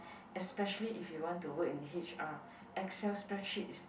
especially if you want to work in H_R Excel spreadsheet is